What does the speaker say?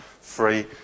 free